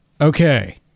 Okay